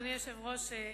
אדוני היושב-ראש,